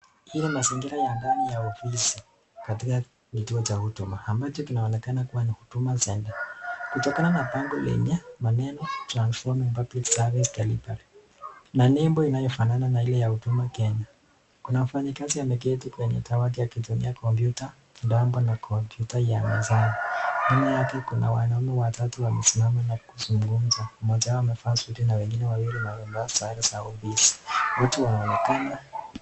Hiyo mazingira ya ndani ya ofisi katika kituo cha huduma ambacho kinaonekana kuwa na Huduma Centre, kutokana na pango lenye maneno transforming public service delivery na nembo inayofanana na ile ya Huduma Kenya, kuna mfanyikazi ameketi kwenye dawati akitumia kompyuta dambo na kompyuta ya mezani, nyuma yake kuna wanaume watatu wamesimama na kuzungumza mmoja wao amevaa suti na wengine wawili wamevaa sare za ofisi, wote wanaonekana ...